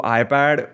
iPad